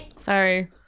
Sorry